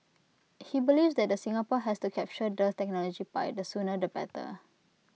he believes that the Singapore has to capture the technology pie the sooner the better